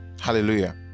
Hallelujah